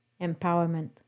empowerment